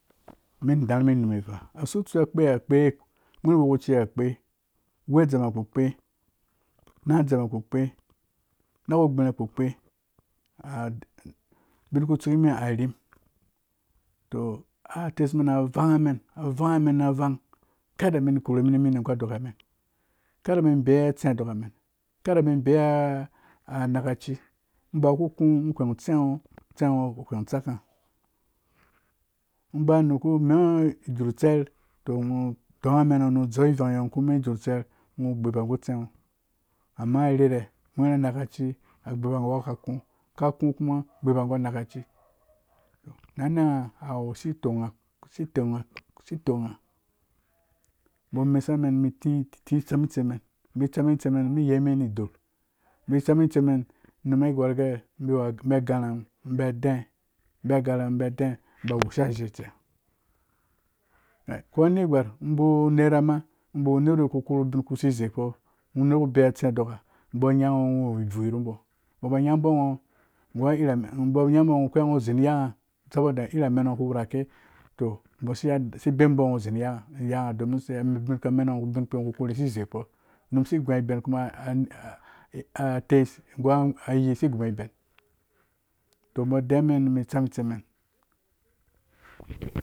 Men darhumen inumava awu use tsu akpea akpegwerhu wekuci akpe wedem akpenadzem akpukpe nakugbirhi kpukpɛ ubin kutsu nimioha arim to atesmen a vangha men vangha vangha kada umen korhumen ni mine gu dokamen kada men beya atse adokamen kada men beya a nakaci ubawu kuku ngho gweng utsengho. utsengho gweeng utsaka uba naku mengho idzur tser to ngho dongha mena nu dzeng evangh yee nghoku me dzur tseo ngho gbuba gu tsengho amma irhere agwerha anakaci agbuba gu akakũ-kakũ kuma gbuba gu anakaci na manha asi tongha asi tongha asi tongha. ubo mesa men mentitsam itsiman ba isam men itsi men men yeimen idor ba tsam men itsimen num ai gora gee bi gãrhã mun ubi dɛɛ bi gãrhã bi dɛɛ bi woshadshe ce ko negwar ba nera ba uner ku korhu ubin kusi zeikpo ubawu nerku ku korhu ubin kusi zeikpo ubawu werku beya atse doka undo nyengha ngho uwu ivui nu bo umbo ba nyabo ngho gwengho ngho zini yangha saboda urimen ngho ku wurike to bo si bemu bo ngho zi ni yangha domin se ubin kpi ngho kukorhe si zeikpo unum si gũben atei gu yi asi gubo ben to ubo deiwa men tsan tsima